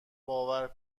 باور